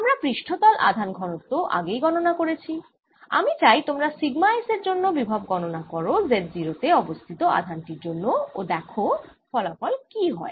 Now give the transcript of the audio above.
আমরা পৃষ্টতল আধান ঘনত্ব ও আগেই গননা করেছি আমি চাই তোমরা সিগমা S এর জন্য বিভব গননা করো z0 তে অবস্থিত আধান টির জন্য ও দেখ ফলাফল কি হয়